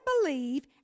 believe